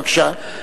בבקשה.